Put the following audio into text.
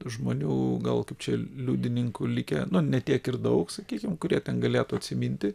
žmonių gal kaip čia liudininkų likę ne tiek ir daug sakykim kurie ten galėtų atsiminti